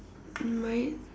mine